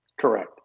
Correct